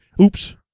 oops